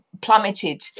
plummeted